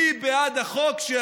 מי בעד החוק?